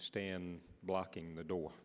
stand blocking the door